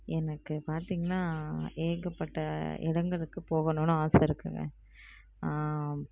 எனக்கு பார்த்திங்கனா ஏகப்பட்ட இடங்களுக்கு போகணுன்னு ஆசை இருக்குங்க